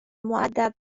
مودب